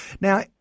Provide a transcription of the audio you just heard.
Now